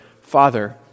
Father